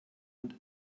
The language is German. und